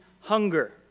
hunger